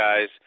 guys